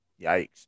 yikes